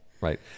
Right